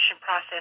process